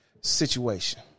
situation